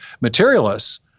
materialists